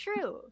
true